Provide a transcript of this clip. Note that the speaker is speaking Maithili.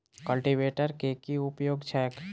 कल्टीवेटर केँ की उपयोग छैक?